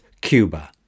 Cuba